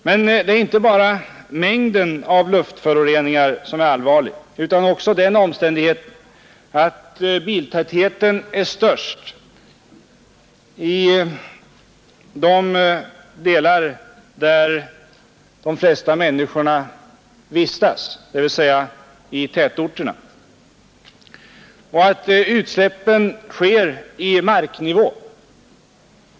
Men det är inte bara mängden av luftföroreningar som är allvarlig utan också den omständigheten att biltätheten är störst där de flesta människorna vistas, dvs. i tätorterna, och att utsläppen sker i marknivå.